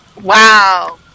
wow